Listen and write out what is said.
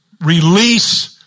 release